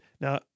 Now